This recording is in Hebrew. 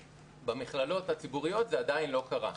במכללות הציבוריות זה עדיין לא קרה.